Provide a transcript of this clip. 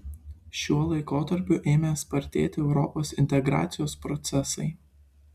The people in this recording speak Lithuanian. šiuo laikotarpiu ėmė spartėti europos integracijos procesai